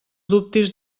dubtis